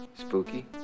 Spooky